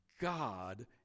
God